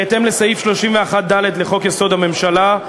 בהתאם לסעיף 31(ד) לחוק-יסוד: הממשלה,